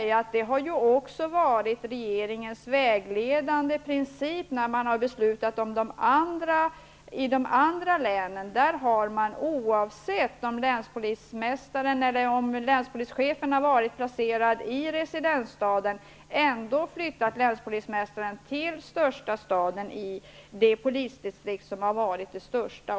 Det har också varit en vägledande princip för regeringen när man har fattat beslut om de andra länen. Oavsett om länspolischefen har varit placerad i residensstaden har man flyttat länspolismästaren till den största staden i det polisdistrikt som varit det största.